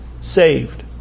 saved